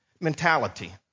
mentality